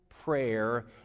prayer